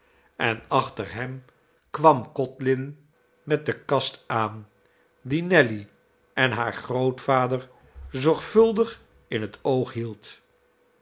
en achter hem kwam codlin met de kast aan die nelly en haar grootvader zorgvuldig in het oog hield